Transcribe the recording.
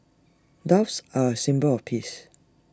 doves are A symbol of peace